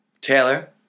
Taylor